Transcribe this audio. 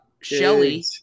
Shelly